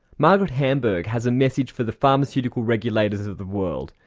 margaret hamburg has a message for the pharmaceutical regulators of the world,